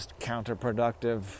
counterproductive